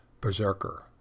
berserker